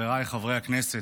חבריי חברי הכנסת,